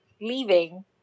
leaving